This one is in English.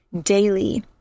daily